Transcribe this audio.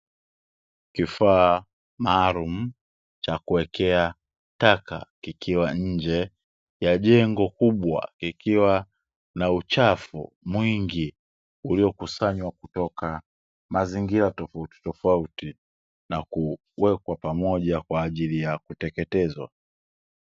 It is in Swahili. Kifaa maalumu cha kuwekea taka, kikiwa nje ya jengo kubwa kikiwa na uchafu mwingi, uliokusanywa kutoka mazingira tofautitofauti, na kuwekwa pamoja kwa ajili ya kuteketezwa.